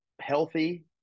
healthy